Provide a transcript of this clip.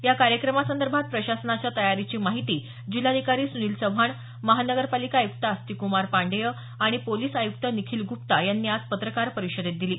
या कार्यक्रमासंदर्भात प्रशासनाच्या तयारीची माहिती जिल्हाधिकारी सुनील चव्हाण महानगरपालिका आयुक्त आस्तिकक्मार पांडेय आणि पोलिस आयुक्त निखील गुप्ता यांनी आज पत्रकार परिषदेत दिली